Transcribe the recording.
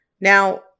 Now